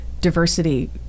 diversity